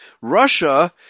Russia